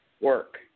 Work